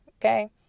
okay